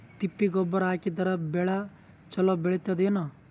ತಿಪ್ಪಿ ಗೊಬ್ಬರ ಹಾಕಿದರ ಬೆಳ ಚಲೋ ಬೆಳಿತದೇನು?